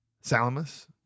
Salamis